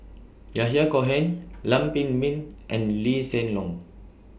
Yahya Cohen Lam Pin Min and Lee Hsien Loong